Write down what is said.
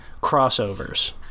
crossovers